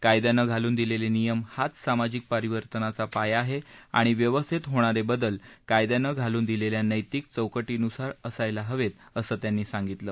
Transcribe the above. कायद्यानं घालून दिलेले नियम हाच सामाजिक परिवर्तनाचा पाया आहे आणि व्यवस्थेत होणारे बदल कायद्यानं घालून दिलेल्या नैतिक चौकटीनुसार असायला हवेत असं त्यांनी सांगितलं